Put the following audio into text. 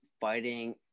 fighting